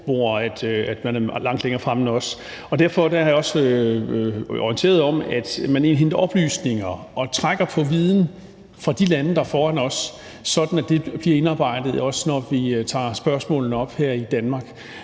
hvor de er langt længere fremme end os. Og derfor er jeg også orienteret om, at man indhenter oplysninger og trækker på viden fra de lande, der er foran os, sådan at det bliver indarbejdet, også når vi tager spørgsmålene op her i Danmark.